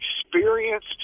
experienced